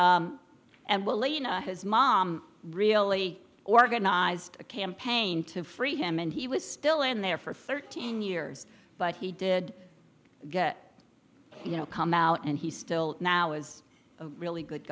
know his mom really organized a campaign to free him and he was still in there for thirteen years but he did you know come out and he still now is a really good